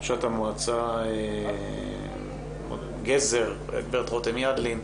ראשת המועצה גזר, גב' רותם ידלין.